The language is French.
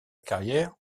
carrière